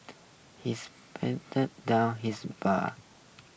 he's down his beer